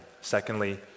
Secondly